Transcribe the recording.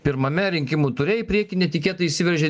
pirmame rinkimų ture į priekį netikėtai įsiveržė